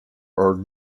are